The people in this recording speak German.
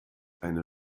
eine